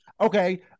Okay